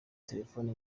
telefoni